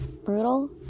brutal